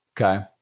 Okay